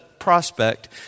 prospect